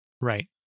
Right